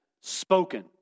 spoken